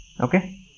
Okay